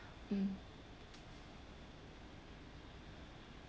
mm